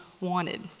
wanted